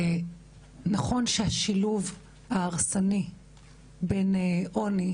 ונכון שהשילוב ההרסני בין עוני,